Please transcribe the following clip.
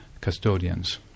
custodians